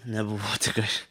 nebuvo tikrai